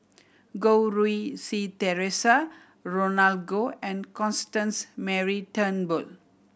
Goh Rui Si Theresa Roland Goh and Constance Mary Turnbull